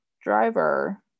driver